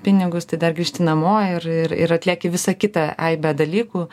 pinigus tai dar grįžti namo ir ir ir atlieki visą kitą aibę dalykų